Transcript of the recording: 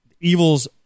Evils